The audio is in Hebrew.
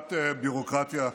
קצת ביורוקרטיה.